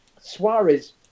Suarez